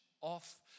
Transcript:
off